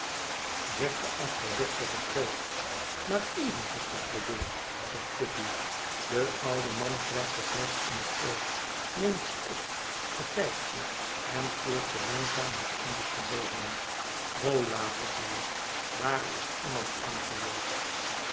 zegt de achterdochtige krook maar eventjes geprobeerd zegt guppy de oude man krijgt de flesch in het oog neemt ze op bekijkt ze en keert ze langzaam het onderste boven holla roept hij daar is iemand aan geweest